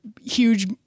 huge